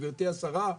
גברתי השרה,